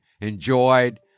enjoyed